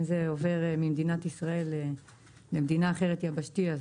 אם זה עובר ממדינת ישראל למדינה אחרת יבשתי אז